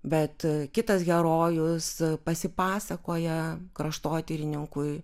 bet kitas herojus pasipasakoja kraštotyrininkui